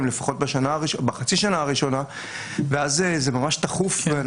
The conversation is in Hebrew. לפחות בחצי שנה ראשונה ואז זה ממש תכוף.